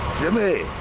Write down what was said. jimmy!